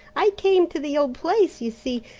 i came to the old place, you see,